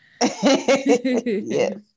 Yes